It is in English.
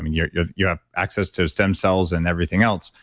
yeah yeah yeah access to stem cells and everything else.